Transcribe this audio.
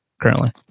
currently